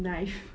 knife